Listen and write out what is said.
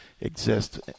exist